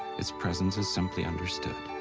its presence is simply understood.